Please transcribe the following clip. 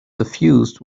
suffused